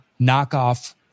knockoff